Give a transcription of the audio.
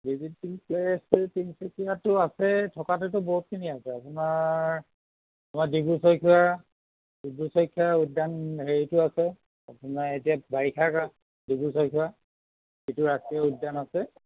visiting প্লেচটো তিনিচুকীয়াততো আছে থকাটোতো বহুতখিনি আছে আপোনাৰ আমাৰ ডিব্ৰু চৈখোৱা ডিব্ৰু চৈখোৱা উদ্যান হেৰিটো আছে আপোনাৰ এতিয়া বাৰিষাৰ ডিব্ৰু চৈখোৱা সেইটো ৰাষ্ট্ৰীয় উদ্যান আছে